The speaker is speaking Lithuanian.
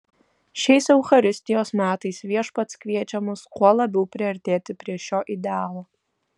šiais eucharistijos metais viešpats kviečia mus kuo labiau priartėti prie šio idealo